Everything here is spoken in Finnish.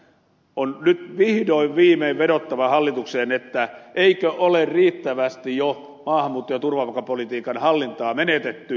on nyt vihdoin viimein vedottava hallitukseen eikö ole riittävästi jo maahanmuutto ja turvapaikkapolitiikan hallintaa menetetty